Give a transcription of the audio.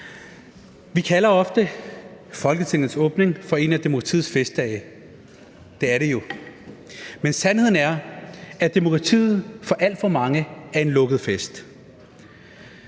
Vi kalder ofte Folketingets åbning for en af demokratiets festdage – det er det jo. Men sandheden er, at demokratiet for alt for mange er en lukket fest.